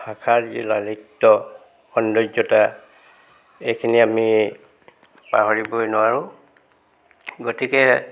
ভাষাৰ যি লালিত্য় সৌন্দৰ্যতা এইখিনি আমি পাহৰিবই নোৱাৰোঁ গতিকে